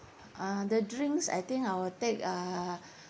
uh the drinks I think I will take uh